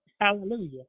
Hallelujah